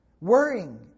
worrying